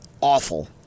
awful